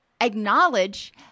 acknowledge